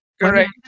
Correct